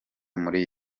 muri